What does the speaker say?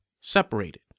separated